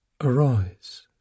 arise